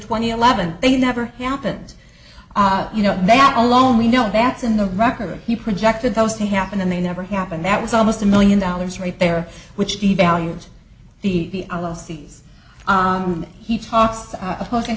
twenty eleven they never happens you know that alone we know that's in the record he projected those to happen and they never happened that was almost a million dollars right there which devalued the a lot of these he talks opposing